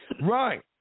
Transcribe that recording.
Right